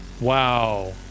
Wow